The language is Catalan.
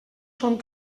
són